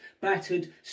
battered